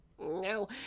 no